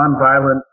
nonviolent